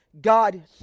God